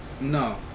No